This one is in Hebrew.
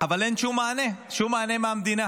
-- אבל אין שום מענה, שום מענה מהמדינה,